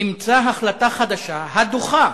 היא אימצה החלטה חדשה הדוחה